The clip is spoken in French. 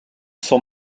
son